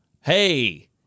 Hey